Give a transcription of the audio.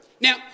Now